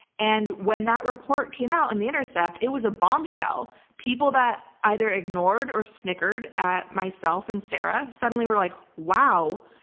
and when that report came out in the intercept, it was a bombshell. people that either ignored or snickered at myself and sarah suddenly were like, wow,